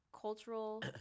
cultural